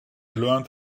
learned